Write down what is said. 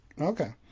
Okay